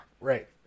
Right